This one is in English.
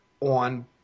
on